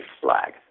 flag